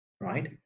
right